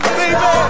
baby